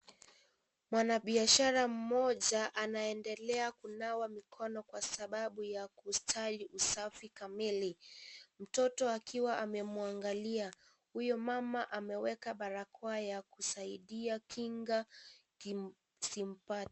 Mwanabiashara mmoja, anaendelea kunawa mikono kwa sababu ya kustawi usafi kamili. Mtoto akiwa amemwangalia. Huyo mama ameweka barakoa ya kusaidia kinga kisimpate.